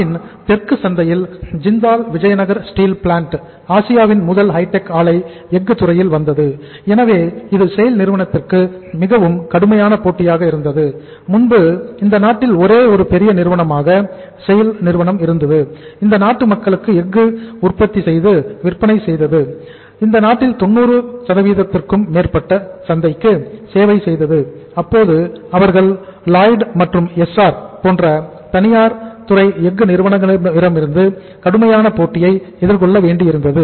நாட்டின் தெற்கு சந்தையில் ஜிந்தால் விஜயநகர் ஸ்டீல் பிளான்ட் போன்ற தனியார் துறை எஃகு நிறுவனங்களிடமிருந்து கடுமையான போட்டியை எதிர்கொள்ள வேண்டியிருந்தது